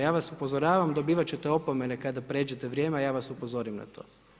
Ja vas upozoravam, dobivati ćete opomene kada pređete vrijeme, a ja vas upozorim na to.